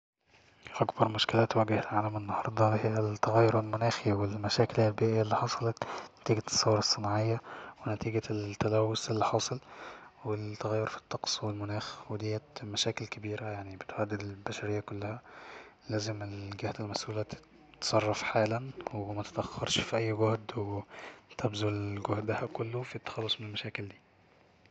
اكبر مشكلة تواجه العالم النهاردة هو التلوث المناخي والمشاكل البيئية اللي حصلت نتيجة الثورة الصناعية ونتيجة التلوث اللي حاصل والتغير في الطقس والمناخ وديت مشاكل كبيرة يعني بتهدد البشرية كلها لازم الجهات المسؤولة تتصرف حالا ومتتأخرش في اي جهد وتبذل جهدها كله في التخلص من المشاكل دي